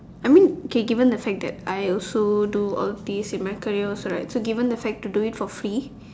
I mean K given that fact that I also do all these in my career also right so given the fact to do it for free